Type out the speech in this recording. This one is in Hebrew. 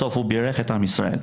בסוף הוא בירך את עם ישראל.